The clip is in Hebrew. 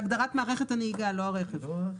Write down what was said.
זאת הגדרת מערכת הנהיגה, לא הרכב.